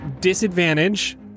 disadvantage